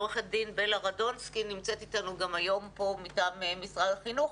עורכת הדין בלה רדונסקי נמצאת איתנו גם היום פה מטעם משרד החינוך.